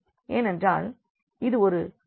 ஏனென்றால் இது ஒரு ஃப்ரீ வேரியபிள் ஆகும்